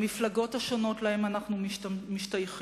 למפלגות השונות שלהן אנו משתייכים,